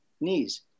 knees